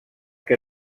que